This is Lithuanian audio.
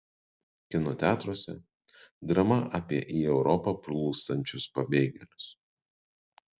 kino teatruose drama apie į europą plūstančius pabėgėlius